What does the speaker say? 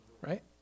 Right